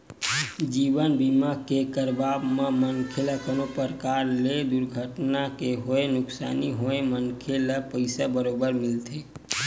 जीवन बीमा के करवाब म मनखे ल कोनो परकार ले दुरघटना के होय नुकसानी होए हे मनखे ल पइसा बरोबर मिलथे